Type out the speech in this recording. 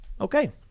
Okay